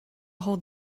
hold